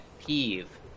peeve